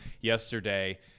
yesterday